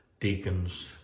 deacons